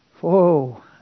Whoa